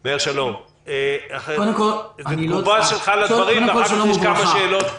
אני מבקש תגובה שלך לדברים ואחר כך יש כמה שאלות ספציפיות.